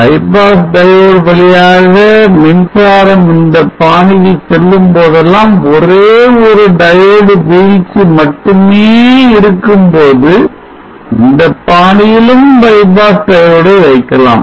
bypass diode வழியாக மின்சாரம் இந்தப் பாணியில் செல்லும்போதெல்லாம் ஒரே ஒரு diode வீழ்ச்சி மட்டுமே இருக்கும் போது இந்தப்பாணியிலும் bypass diode ஐ வைக்கலாம்